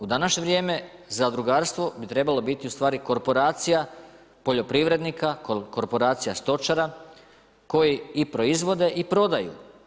U današnje vrijeme zadrugarstvo bi trebalo biti u stvari korporacija poljoprivrednika, korporacija stočara, koji i proizvode i prodaju.